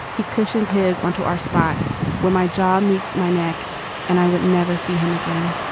he cushioned his onto our spot where my job meets my neck and i would never see him again.